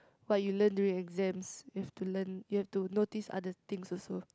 what you learn during exams you have to learn you have to notice other things also